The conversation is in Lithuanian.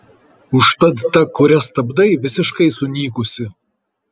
užtat ta kuria stabdai visiškai sunykusi